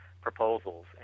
proposals